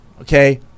Okay